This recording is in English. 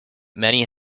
many